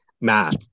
Math